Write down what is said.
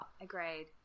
Agreed